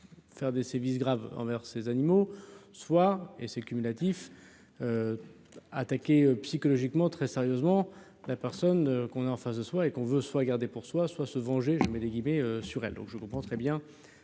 faire des sévices graves envers ces animaux soit et c'est cumulatif attaquer psychologiquement très sérieusement la personne qu'on a en face de soi et qu'on veut, soit garder pour soi, soit se venger, je mets des guillemets sur elle, donc je comprends très bien